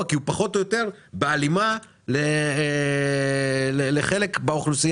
כי הוא פחות או יותר בהלימה לחלק באוכלוסייה.